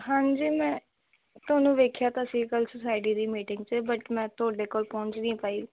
ਹਾਂਜੀ ਮੈਂ ਤੁਹਾਨੂੰ ਵੇਖਿਆ ਤਾਂ ਸੀ ਕੱਲ੍ਹ ਸੋਸਾਇਟੀ ਦੀ ਮੀਟਿੰਗ 'ਚ ਬਟ ਮੈਂ ਤੁਹਾਡੇ ਕੋਲ ਪਹੁੰਚ ਨਹੀਂ ਪਾਈ